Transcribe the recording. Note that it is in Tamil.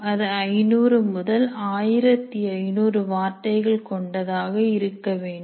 அது 500 முதல் 1500 வார்த்தைகள் கொண்டதாக இருக்க வேண்டும்